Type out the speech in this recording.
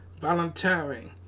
volunteering